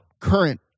current